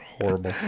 Horrible